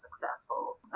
successful